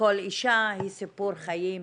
כל אישה היא סיפור חיים,